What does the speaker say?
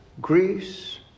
Greece